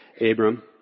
abram